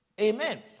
Amen